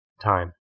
time